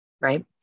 right